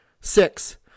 Six